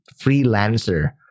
freelancer